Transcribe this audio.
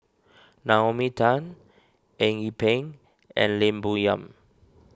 Naomi Tan Eng Yee Peng and Lim Bo Yam